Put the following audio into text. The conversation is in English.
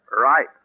Right